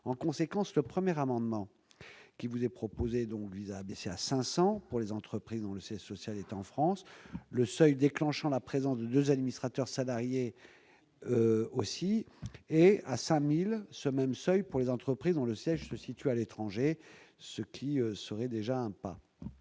En conséquence, le premier amendement qui vous est proposé vise à abaisser à 500, pour les entreprises dont le siège social est en France, le seuil déclenchant la présence de deux administrateurs salariés et à 5 000 ce même seuil pour les entreprises dont le siège se situe à l'étranger. Ces amendements